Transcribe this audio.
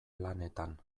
lanetan